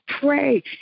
pray